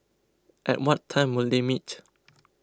at what time will they meet